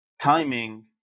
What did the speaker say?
timing